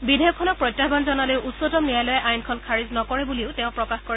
বিধেয়কখনক প্ৰত্যাহান জনালেও উচ্চতম ন্যায়ালয়ে আইনখন খাৰিজ নকৰে বুলিও তেওঁ প্ৰকাশ কৰে